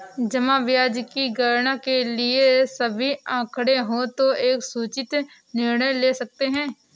जमा ब्याज की गणना के लिए सभी आंकड़े हों तो एक सूचित निर्णय ले सकते हैं